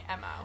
mo